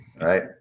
right